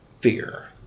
fear